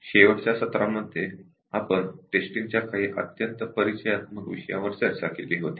शेवटच्या व्याख्यानामध्ये आपण टेस्टिंग च्या काही अत्यंत परिचयात्मक विषयावर चर्चा केली होती